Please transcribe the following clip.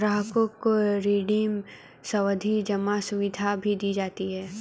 ग्राहकों को रिडीम सावधी जमा सुविधा भी दी जाती है